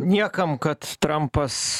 niekam kad trampas